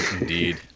Indeed